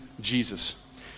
Jesus